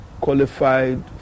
qualified